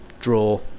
Draw